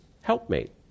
helpmate